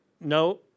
No